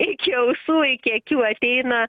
iki ausų iki akių ateina